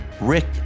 Rick